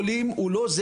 ואם זה מארצות הברית.